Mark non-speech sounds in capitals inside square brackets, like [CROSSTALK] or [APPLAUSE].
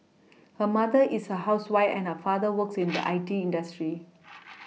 her mother is a housewife and her father works in the [NOISE] I T industry [NOISE]